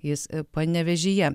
jis panevėžyje